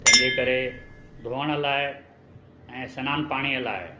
तंहिंजे करे धुअण जे लाइ ऐं सनानु पाणीअ लाइ